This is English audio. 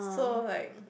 so like